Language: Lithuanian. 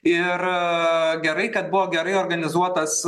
ir gerai kad buvo gerai organizuotas